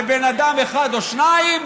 בבן אדם אחד או שניים,